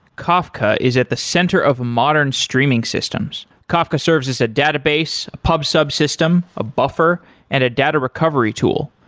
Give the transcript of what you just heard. kafka is at the center of modern streaming systems kafka service as a database, a pub sub system, a buffer and a data recovery tool.